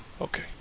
okay